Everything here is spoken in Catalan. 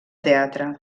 teatre